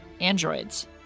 androids